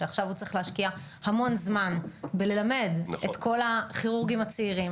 שעכשיו הוא צריך להשקיע המון זמן בללמד את כל הכירורגים הצעירים.